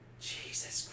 Jesus